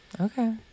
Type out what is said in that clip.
Okay